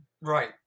Right